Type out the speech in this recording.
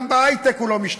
גם בהיי-טק הוא לא משתנה.